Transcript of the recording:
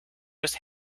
just